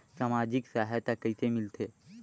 समाजिक सहायता कइसे मिलथे?